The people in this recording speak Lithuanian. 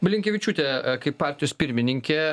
blinkevičiūtė kaip partijos pirmininkė